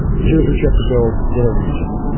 here's what you have to build in a region.